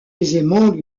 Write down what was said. aisément